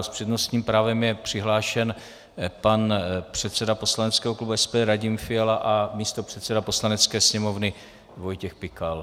S přednostním právem je přihlášen pan předseda poslaneckého klubu SPD Radim Fiala a místopředseda Poslanecké sněmovny Vojtěch Pikal.